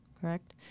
correct